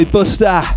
Buster